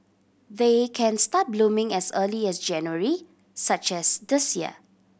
they can start blooming as early as January such as this year